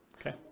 Okay